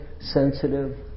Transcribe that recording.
sensitive